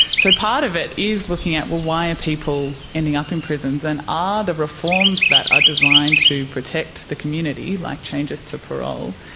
so part of it is looking at, well, why are and people ending up in prisons and are the reforms that are designed to protect the community, like changes to parole,